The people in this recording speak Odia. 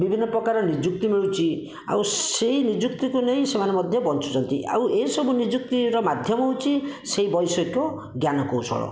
ବିଭିନ୍ନ ପ୍ରକାର ନିଯୁକ୍ତି ମିଳୁଛି ଆଉ ସେଇ ନିଯୁକ୍ତିକୁ ନେଇ ସେମାନେ ମଧ୍ୟ ବଞ୍ଚୁଛନ୍ତି ଆଉ ଏଇ ସବୁ ନିଯୁକ୍ତିର ମାଧ୍ୟମ ହେଉଛି ସେଇ ବୈଷୟିକ ଜ୍ଞାନ କୌଶଳ